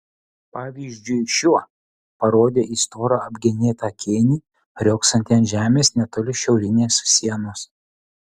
pavyzdžiui šiuo parodė į storą apgenėtą kėnį riogsantį ant žemės netoli šiaurinės sienos